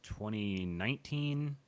2019